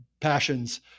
passions